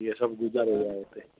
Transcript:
इहे सभु गुज़ारे विया उते